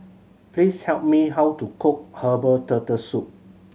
please tell me how to cook herbal Turtle Soup